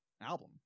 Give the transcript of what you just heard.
album